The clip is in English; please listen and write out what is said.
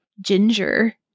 ginger